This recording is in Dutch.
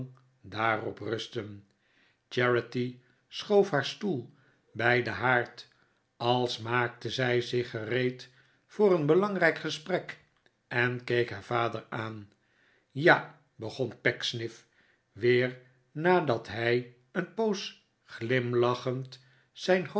daarop rusten charity schoof haar stoel bij den haard als maakte zij zich gereed voor een belangrijk gesprek en keek haar vader aan ja begon pecksniff weer nadat hij een poos glimlachend zijn